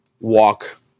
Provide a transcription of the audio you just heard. walk